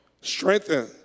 Strengthen